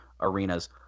arenas